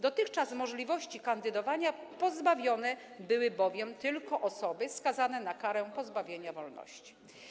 Dotychczas możliwości kandydowania pozbawione były bowiem tylko osoby skazane na karę pozbawienia wolności.